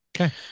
Okay